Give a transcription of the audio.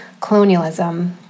colonialism